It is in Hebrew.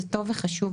זה טוב וחשוב.